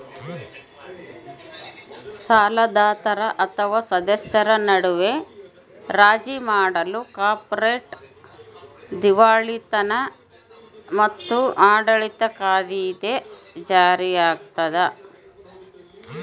ಸಾಲದಾತರ ಅಥವಾ ಸದಸ್ಯರ ನಡುವೆ ರಾಜಿ ಮಾಡಲು ಕಾರ್ಪೊರೇಟ್ ದಿವಾಳಿತನ ಮತ್ತು ಆಡಳಿತ ಕಾಯಿದೆ ಜಾರಿಯಾಗ್ತದ